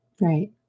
Right